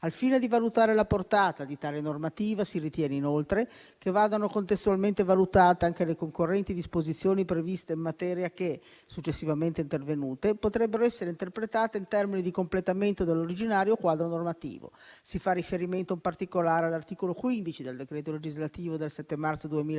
Al fine di valutare la portata di tale normativa, si ritiene inoltre che vadano contestualmente valutate anche le concorrenti disposizioni previste in materia che, successivamente intervenute, potrebbero essere interpretate in termini di completamento dell'originario quadro normativo. Si fa riferimento, in particolare, all'articolo 15 del decreto legislativo del 7 marzo 2005,